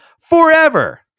forever